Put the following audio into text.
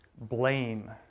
blame